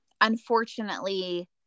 unfortunately